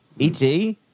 et